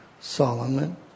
Solomon